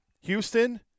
Houston